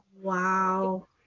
Wow